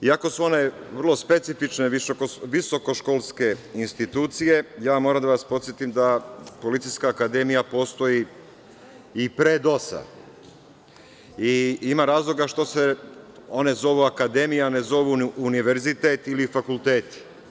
Iako su one vrlo specifične visokoškolske institucije, moram da vas podsetim da Policijska akademija postoji i pre DOS-a i ima razloga što se one zovu akademije, a ne zovu univerziteti ili fakulteti.